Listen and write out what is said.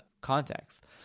context